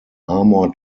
armor